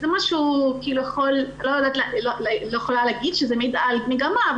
אני לא יכולה להגיד שזה מעיד על מגמה,